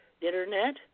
internet